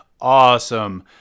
awesome